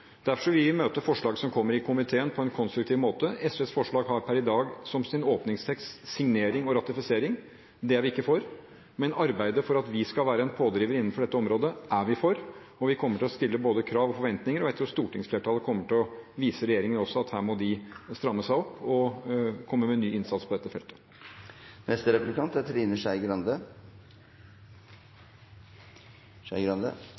Derfor vil vi møte forslag som kommer i komiteen, på en konstruktiv måte. SVs forslag har per i dag i sin åpningstekst «signering og ratifisering». Det er vi ikke for. Men arbeidet for at vi skal være en pådriver innenfor dette området, er vi for, og vi kommer til å stille både krav og forventninger om dette. Jeg tror stortingsflertallet kommer til å vise regjeringen at den må stramme seg opp og komme med ny innsats på dette feltet.